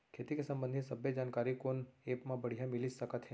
खेती के संबंधित सब्बे जानकारी कोन एप मा बढ़िया मिलिस सकत हे?